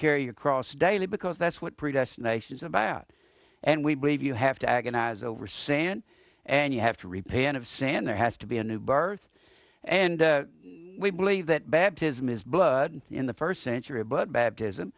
carry your cross daily because that's what predestination is about and we believe you have to agonize over sand and you have to repay and of sand there has to be a new birth and we believe that baptism is blood in the first century but baptism